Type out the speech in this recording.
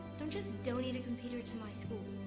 don't just donate a computer to my school.